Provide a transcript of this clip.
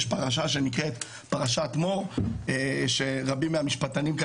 יש פרשה שנקראת "פרשת מור" שרבים מהמשפטנים כאן